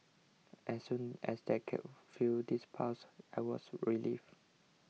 as soon as they could feel this pulse I was relieved